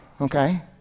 okay